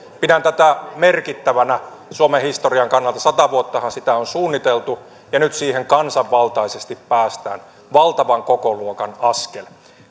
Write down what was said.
pidän tätä merkittävänä suomen historian kannalta sata vuottahan sitä on suunniteltu ja nyt siihen kansanvaltaisesti päästään valtavan kokoluokan askel